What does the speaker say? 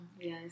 yes